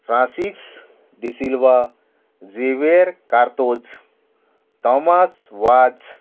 Francis D'Silva Xavier Cartoz Thomas Vaz